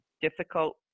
difficult